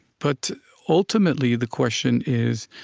but ultimately, the question is,